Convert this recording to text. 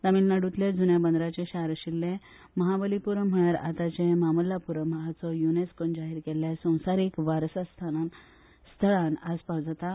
तामीळनाडुतले जुन्या बंदराचे शार आशिल्ले महाबलीपुरम म्हळ्यार आताचे मामल्लापुरम हाचो युनेस्कोन जाहीर केल्ल्या संवसारिक वारसा स्थळान आस्पाव जाता